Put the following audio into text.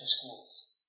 schools